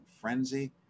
frenzy